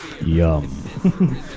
Yum